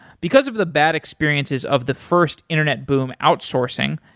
because of the bad experiences of the first internet boom outsourcing,